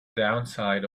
downside